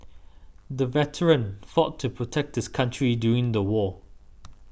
the veteran fought to protect his country during the war